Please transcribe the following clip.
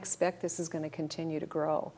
expect this is going to continue to grow